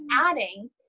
adding